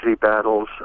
battles